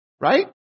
Right